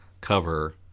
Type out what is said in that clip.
Cover